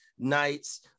nights